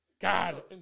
God